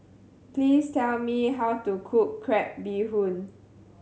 please tell me how to cook crab bee hoon